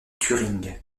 turing